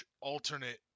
alternate